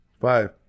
five